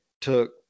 took